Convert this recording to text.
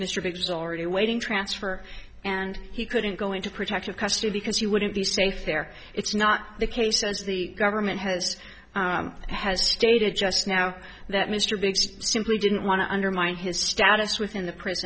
has already waiting transfer and he couldn't go into protective custody because he wouldn't be safe there it's not the case as the government has has stated just now that mr biggs simply didn't want to undermine his status within the pri